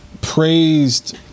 praised